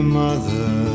mother